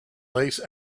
lace